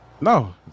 No